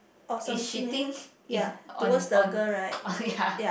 is shitting in on on on ya